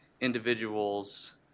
individuals